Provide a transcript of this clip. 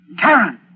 Karen